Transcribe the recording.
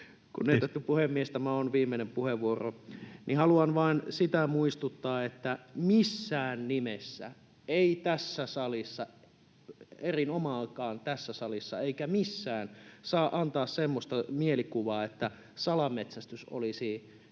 Kunnioitettu puhemies! Tämä on viimeinen puheenvuoro. — Haluan vain siitä muistuttaa, että missään nimessä ei tässä salissa, varsinkaan tässä salissa eikä missään, saa antaa semmoista mielikuvaa, että salametsästys olisi